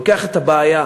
לוקח את הבעיה,